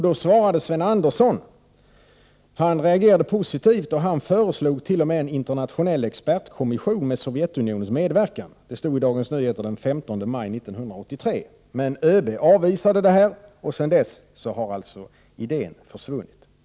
Då reagerade Sten Andersson positivt och föreslog t.o.m. en internationell expertkommission med Sovjetunionens medverkan, detta enligt Dagens Nyheter den 15 maj 1983. Men ÖB avvisade detta, och sedan dess har idén försvunnit.